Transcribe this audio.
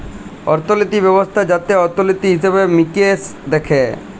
অর্থলিতি ব্যবস্থা যাতে অর্থলিতি, হিসেবে মিকেশ দ্যাখে